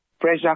pressure